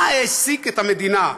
מה העסיק את המדינה?